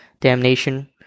damnation